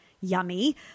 yummy